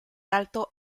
alto